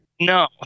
No